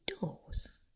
doors